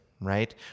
right